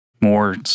more